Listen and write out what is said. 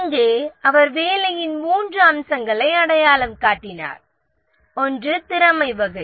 இங்கே அவர் வேலையின் மூன்று அம்சங்களை அடையாளம் காட்டினார் ஒன்று திறமை வகை